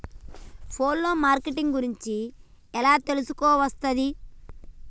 Phone లో marketing గురించి ఎలా తెలుసుకోవస్తది?